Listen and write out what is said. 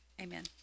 amen